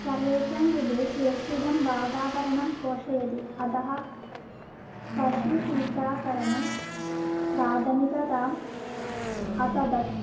सर्वेषां कृते सुरक्षितं वातावरणं पोषयति अतः पशुटीकाकरणं प्राथमिकताम् अतः तत्